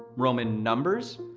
roman numbers?